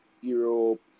europe